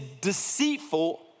deceitful